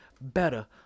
better